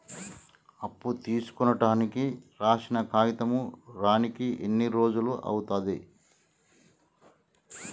అప్పు తీసుకోనికి రాసిన కాగితం రానీకి ఎన్ని రోజులు అవుతది?